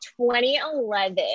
2011